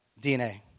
DNA